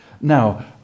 Now